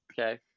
Okay